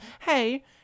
Hey